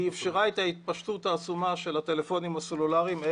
היא אפשרה את ההתפשטות העצומה של הטלפונים הסלולריים,